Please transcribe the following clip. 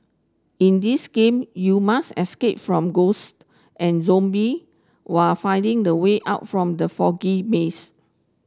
in this game you must escape from ghost and zombie while finding the way out from the foggy maze